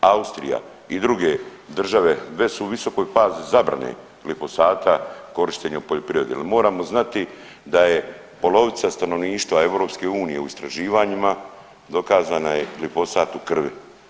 Austrija i druge države već su u visokoj fazi zabrane glifosata korištenje u poljoprivredi jel moramo znati da je polovica stanovništva EU u istraživanja, dokazana je glifosat u krvi.